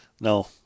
No